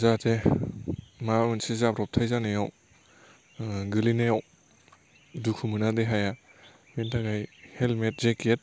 जाहाथे माबा मोनसे जाब्र'बथाय जानायाव गोलैनायाव दुखुमोना देहाया बेनि थाखाय हेलमेट जेकेट